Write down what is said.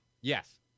Yes